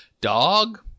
dog